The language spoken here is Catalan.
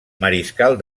mariscal